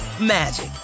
magic